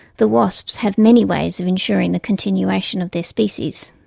the wasps have many ways of ensuring the continuation of their species.